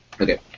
Okay